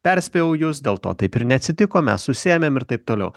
perspėjau jus dėl to taip ir neatsitiko mes susiėmėm ir taip toliau